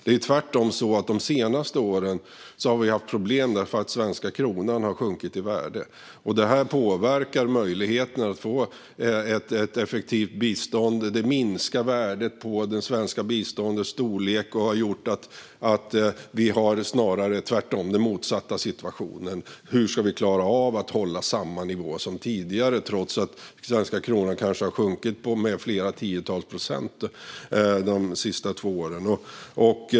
Vi har tvärtom haft problem under de senaste åren eftersom den svenska kronan har sjunkit i värde. Det påverkar möjligheten att få ett effektivt bistånd. Det minskar värdet på det svenska biståndet och har gjort att vi snarare har den motsatta situationen: Hur ska vi klara av att hålla samma nivå som tidigare trots att den svenska kronan kanske har sjunkit med flera tiotals procent under de senaste två åren?